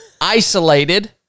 isolated